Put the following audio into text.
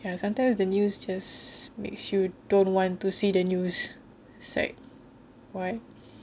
sometimes the news just makes you don't want to see the news it's like why